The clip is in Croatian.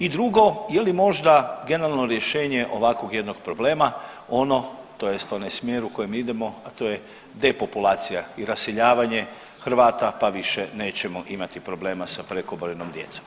I drugo je li možda genijalno rješenje ovakvog jednog problema ono tj. onaj smjer u kojem idemo, a to je depopulacija i raseljavanje Hrvata pa više nećemo imati problema sa prekobrojnom djecom?